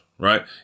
right